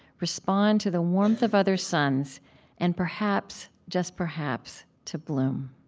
respond to the warmth of other suns and, perhaps just perhaps to bloom.